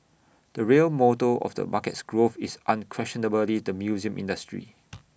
the real motor of the market's growth is unquestionably the museum industry